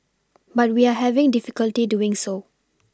but we are having difficulty doing so